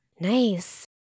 Nice